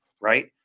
right